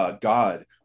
God